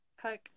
Coke